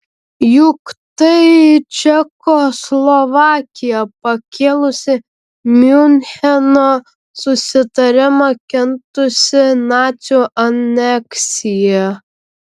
juk tai čekoslovakija pakėlusi miuncheno susitarimą kentusi nacių aneksiją